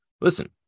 Listen